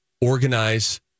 organize